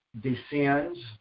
descends